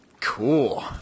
Cool